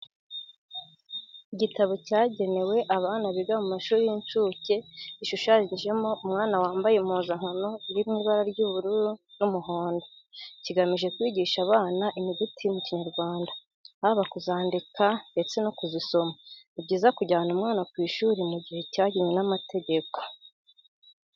Igitabo cyagenewe abana biga mu mashuri y'incuke gishushanyijeho umwana wambaye impuzankano iri mu ibara ry'ubururu n'umuhondo. Kigamije kwigisha abana inyuguti mu kinyarwanda, haba kuzandika ndetse no kuzisoma. Ni byiza kujyana umwana ku ishuri mu gihe cyagenwe n'amategeko.